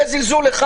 זה זלזול אחד,